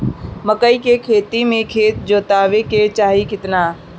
मकई के खेती मे खेत जोतावे के चाही किना?